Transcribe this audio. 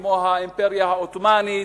האימפריה העות'מאנית,